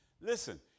Listen